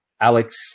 Alex